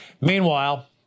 Meanwhile